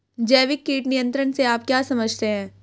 जैविक कीट नियंत्रण से आप क्या समझते हैं?